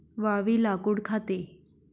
वाळवी लाकूड खाते